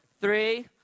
three